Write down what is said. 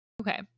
Okay